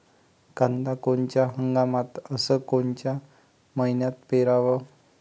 कांद्या कोनच्या हंगामात अस कोनच्या मईन्यात पेरावं?